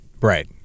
Right